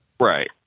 Right